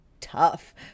tough